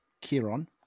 Kieran